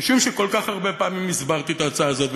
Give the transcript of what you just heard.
משום שכל כך הרבה פעמים הסברתי את ההצעה הזאת,